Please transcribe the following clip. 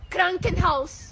Krankenhaus